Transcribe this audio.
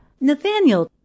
Nathaniel